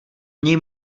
něj